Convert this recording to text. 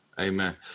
Amen